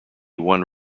one